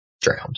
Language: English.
drowned